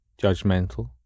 judgmental